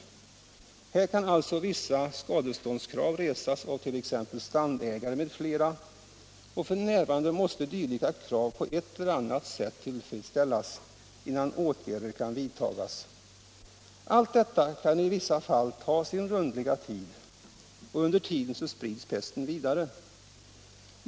Här kan alltså vissa skadeståndskrav resas av strandägare m.fl., och f. n. måste dylika krav på ett eller annat sätt tillfredsställas innan åtgärder kan vidtagas. Allt detta kan ta sin rundliga tid — och under den tiden sprids pesten vidare.